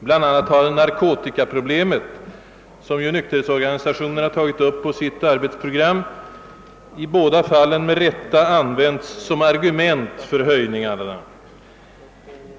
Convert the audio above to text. Bland annat har narkotikaproblemet, som nykterhetsorganisationerna tagit upp på sitt arbetsprogram, i båda fallen med rätta använts som argument för anslagshöjningarna.